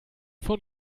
von